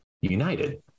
united